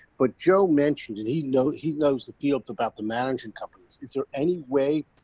but joe mentioned, and he knows he knows the field about the management companies. is there any way.